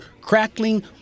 crackling